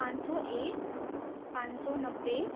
पाँच सय एक पाँच सय नब्बे